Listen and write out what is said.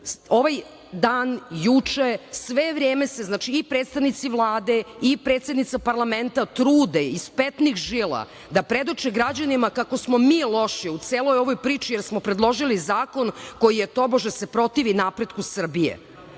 dan, juče, sve vreme se i predstavnici Vlade i predsednica parlamenta trude iz petnih žila da predoče građanima kako smo mi loši u celoj ovoj priči jer smo predložili zakon koji se tobože protiv napretku Srbije. Znate